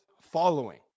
following